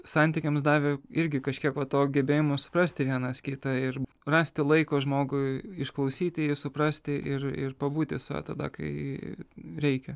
santykiams davė irgi kažkiek va to gebėjimo suprasti vienas kitą ir rasti laiko žmogui išklausyti jį suprasti ir ir pabūti su juo tada kai reikia